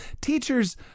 teachers